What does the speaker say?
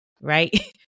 right